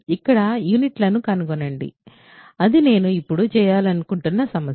ఇక్కడ యూనిట్లను కనుగొనండి అది నేను ఇప్పుడు చేయాలనుకుంటున్న సమస్య